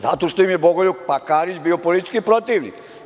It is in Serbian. Zato što im je Bogoljub Karić bio politički protivnik.